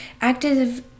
Active